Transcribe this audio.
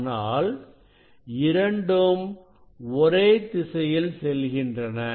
ஆனால் இரண்டும் ஒரே திசையில் செல்கின்றன